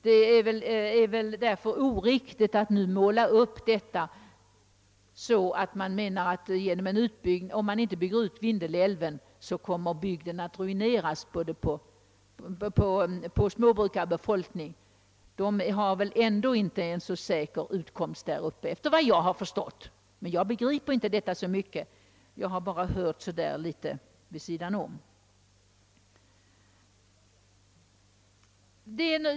Det är därför oriktigt att nu måla upp det så, att om man inte bygger ut Vindelälven, kommer bygden att avfolkas på småbrukare. De har väl ändå inte en så säker utkomst efter vad jag har förstått. Jag begriper ju inte så mycket av detta — jag har bara hört det litet vid sidan om.